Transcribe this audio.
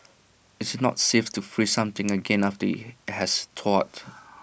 it's not safe to freeze something again after IT has thawed